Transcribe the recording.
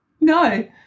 No